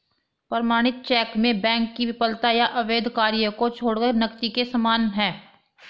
प्रमाणित चेक में बैंक की विफलता या अवैध कार्य को छोड़कर नकदी के समान है